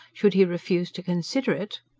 should he refuse to consider it.